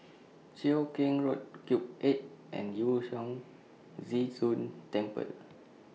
Cheow Keng Road Cube eight and Yu Huang Zhi Zun Temple